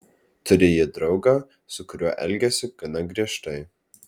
turi ji draugą su kuriuo elgiasi gana griežtai